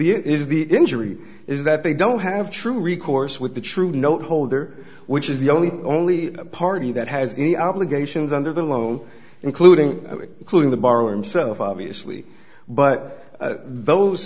the injury is that they don't have true recourse with the true note holder which is the only only party that has any obligations under the loan including including the borrower himself obviously but those